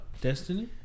Destiny